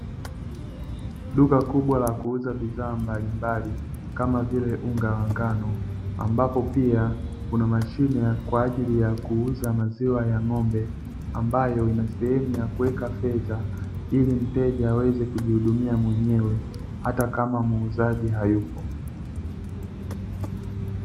Duka kubwa la kuuza bidhaa mbalimbali kama vile: unga wa ngano ambapo pia, kuna mashine kwa ajili ya kuuza maziwa ya ng'ombe, ambayo ina sehemu ya kuweka fedha ili mteja aweze kujihudumia mwenyewe hata kama muuzaji hayupo.